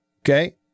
Okay